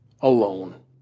alone